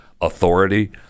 authority